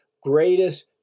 greatest